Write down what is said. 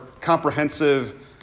comprehensive